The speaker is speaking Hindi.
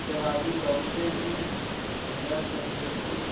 जब आदमी दौड़ते हैं तो ब्लड सरकुलेशन